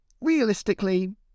realistically